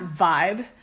vibe